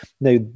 Now